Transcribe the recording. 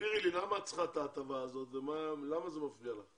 תסבירי לי למה את צריכה את ההטבה הזאת ולמה זה מפריע לך